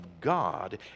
God